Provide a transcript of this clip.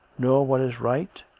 nor what is right,